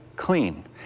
Clean